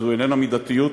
וזו איננה מידתיות.